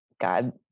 God